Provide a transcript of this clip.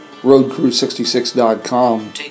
RoadCrew66.com